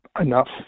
enough